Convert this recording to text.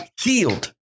healed